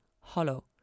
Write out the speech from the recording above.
hollow